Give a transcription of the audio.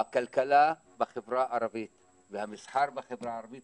הכלכלה בחברה הערבית והמסחר בחברה הערבית